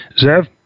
Zev